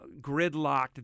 gridlocked